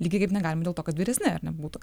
lygiai kaip negalim dėl to kad vyresni ar ne būtų